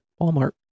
Walmart